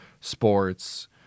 sports